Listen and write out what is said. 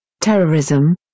Terrorism